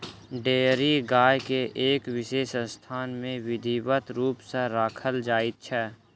dairy गाय के एक विशेष स्थान मे विधिवत रूप सॅ राखल जाइत छै